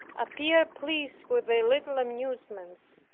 appear pleased with their little amusements.